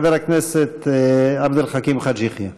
חבר הכנסת עבד אל חכים חאג' יחיא.